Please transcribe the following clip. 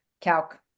calc